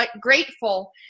grateful